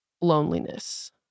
loneliness